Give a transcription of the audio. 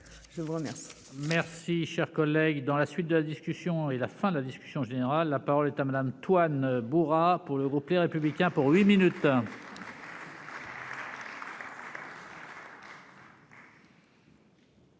je vous remercie